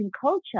culture